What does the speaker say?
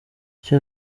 icyo